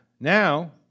Now